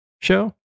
show